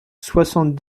soixante